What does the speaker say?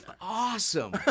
Awesome